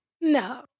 No